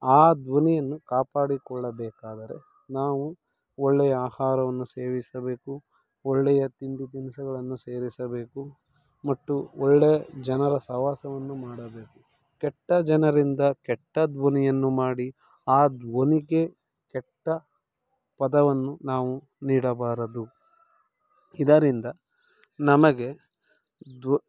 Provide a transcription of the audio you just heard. ಆ ಧ್ವನಿಯನ್ನು ಕಾಪಾಡಿಕೊಳ್ಳಬೇಕಾದರೆ ನಾವು ಒಳ್ಳೆಯ ಆಹಾರವನ್ನು ಸೇವಿಸಬೇಕು ಒಳ್ಳೆಯ ತಿಂಡಿ ತಿನಿಸುಗಳನ್ನು ಸೇವಿಸಬೇಕು ಮತ್ತು ಒಳ್ಳೆಯ ಜನರ ಸಹವಾಸವನ್ನು ಮಾಡಬೇಕು ಕೆಟ್ಟ ಜನರಿಂದ ಕೆಟ್ಟ ಧ್ವನಿಯನ್ನು ಮಾಡಿ ಆ ಧ್ವನಿಗೆ ಕೆಟ್ಟ ಪದವನ್ನು ನಾವು ನೀಡಬಾರದು ಇದರಿಂದ ನಮಗೆ ದ್ವ